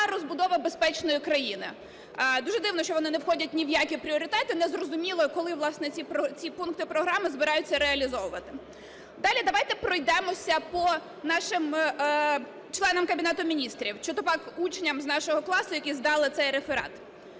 "Розбудова безпечної країни". Дуже дивно, що вони не входять ні в які пріоритети. Незрозуміло, коли, власне, ці пункти програми збираються реалізовувати. Далі давайте пройдемося по нашим членам Кабінету Міністрів, чи то учням з нашого класу, які здали цей реферат.